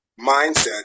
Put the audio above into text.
mindset